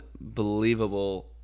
unbelievable